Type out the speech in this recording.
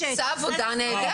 אתחיל לקרוא אותך לסדר.